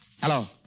Hello